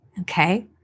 Okay